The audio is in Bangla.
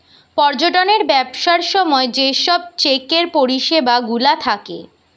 পর্যটনের ব্যবসার সময় যে সব চেকের পরিষেবা গুলা থাকে